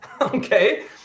okay